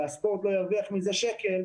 הספורט לא ירוויח מזה שקל.